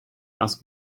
ask